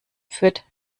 führt